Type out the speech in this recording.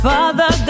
Father